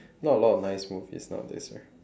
not a lot of nice movies nowadays right